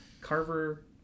Carver